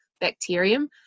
bacterium